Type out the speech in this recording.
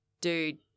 dude